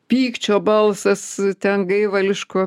pykčio balsas ten gaivališko